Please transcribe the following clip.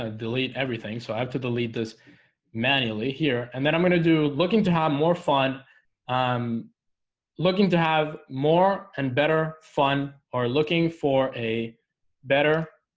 ah delete everything so i have to delete this manually here and then i'm gonna do looking to have more fun um looking to have more and better fun or looking for a better